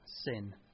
sin